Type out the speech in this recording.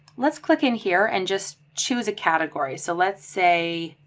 let's click in here and just choose a category. so let's say